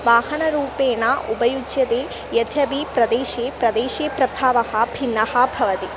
वाहनरूपेण उपयुज्यते यद्यपि प्रदेशे प्रदेशे प्रभावः भिन्नः भवति